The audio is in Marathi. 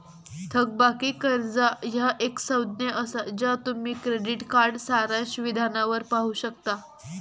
थकबाकी कर्जा ह्या एक संज्ञा असा ज्या तुम्ही क्रेडिट कार्ड सारांश विधानावर पाहू शकता